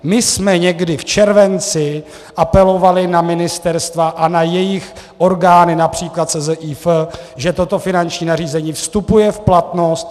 My jsme někdy v červenci apelovali na ministerstva a na jejich orgány, například SZIF, že toto finanční nařízení vstupuje v platnost.